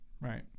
right